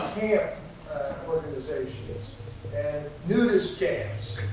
camp organizations and nudist camps.